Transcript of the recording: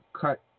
cut